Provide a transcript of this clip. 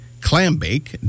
Clambake